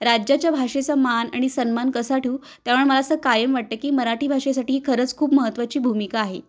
राज्याच्या भाषेचा मान आणि सन्मान कसा ठेवू त्यामुळे मला असं कायम वाटतं की मराठी भाषेसाठी खरंच खूप महत्त्वाची भूमिका आहे